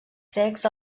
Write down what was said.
cecs